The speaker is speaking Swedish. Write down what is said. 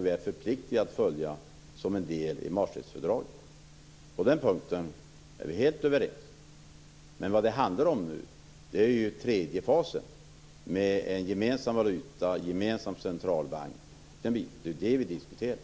Vi är förpliktade att följa detta som en del i Maastrichtfördraget. På den punkten är vi helt överens. Vad det nu handlar om är tredje fasen, med en gemensam valuta och gemensam centralbank. Det är ju det vi diskuterar.